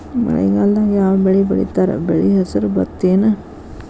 ಮಳೆಗಾಲದಾಗ್ ಯಾವ್ ಬೆಳಿ ಬೆಳಿತಾರ, ಬೆಳಿ ಹೆಸರು ಭತ್ತ ಏನ್?